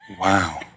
Wow